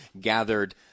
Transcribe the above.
gathered